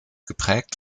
geprägt